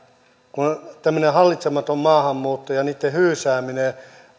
kun on tämmöinen hallitsematon maahanmuutto ja niitten hyysääminen